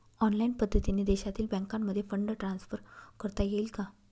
Online पद्धतीने देशातील बँकांमध्ये फंड ट्रान्सफर करता येईल का?